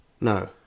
No